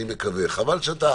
חבל שאתה